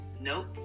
Nope